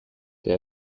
wer